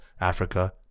Africa